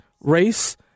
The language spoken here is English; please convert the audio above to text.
race